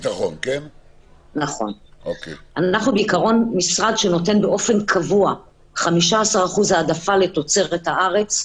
אנחנו בעיקרון משרד שנותן באופן קבוע 15% העדפה לתוצרת הארץ,